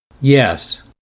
Yes